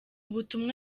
butumwa